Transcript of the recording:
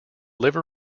liver